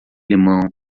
limão